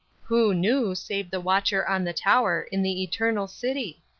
who knew save the watcher on the tower in the eternal city?